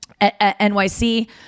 nyc